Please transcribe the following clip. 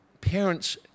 parents